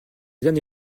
bien